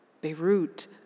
Beirut